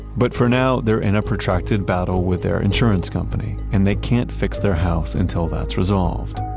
but for now they're in a protracted battle with their insurance company, and they can't fix their house until that's resolved.